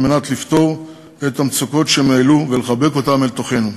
כדי לפתור את המצוקות שהם העלו ולחבק אותם אל תוכנו.